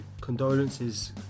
condolences